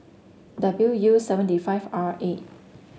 W U seventy five R eight